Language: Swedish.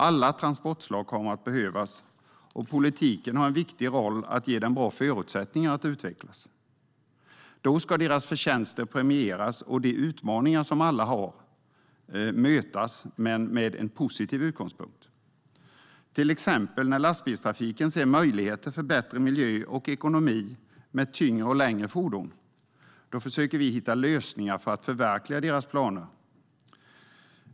Alla transportslag kommer att behövas, och politiken har en viktig roll i att ge dem bra förutsättningar att utvecklas. Då ska deras förtjänster premieras och de utmaningar som alla har mötas med en positiv utgångspunkt. När till exempel lastbilstrafiken ser möjligheter för bättre miljö och ekonomi med tyngre och längre fordon försöker vi hitta lösningar för att förverkliga deras planer.